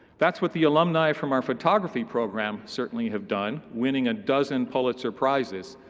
that's what the alumni from our photography program certainly have done, winning a dozen pulitzer prizes.